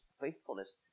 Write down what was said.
faithfulness